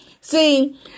See